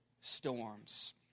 storms